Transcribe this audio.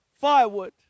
firewood